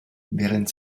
während